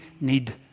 need